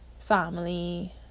family